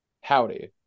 Howdy